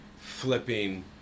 flipping